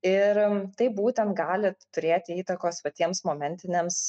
ir tai būtent gali turėti įtakos va tiems momentiniams